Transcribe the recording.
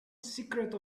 secrets